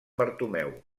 bartomeu